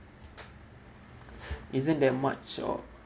isn't that much or